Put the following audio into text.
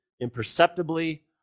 imperceptibly